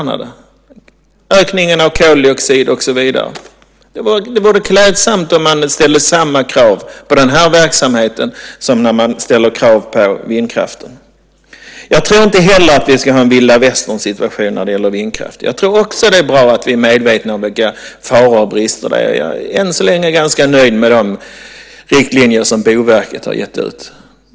Det handlar om ökningen av koldioxid och så vidare. Det vore klädsamt om man ställde samma krav på den här verksamheten som på vindkraften. Jag tror inte heller att vi ska ha en vilda västern-situation när det gäller vindkraft. Jag tror också att det är bra att vi är medvetna om vilka faror och brister som finns. Än så länge är jag ganska nöjd med de riktlinjer som Boverket har gett ut.